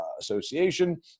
association